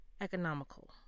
Economical